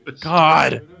God